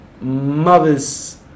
mother's